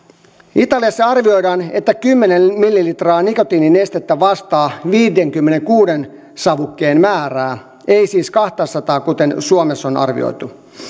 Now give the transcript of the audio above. italiassa arvioidaan että kymmenen millilitraa nikotiininestettä vastaa viiteenkymmeneenkuuteen savukkeen määrää ei siis kahtasataa kuten suomessa on arvioitu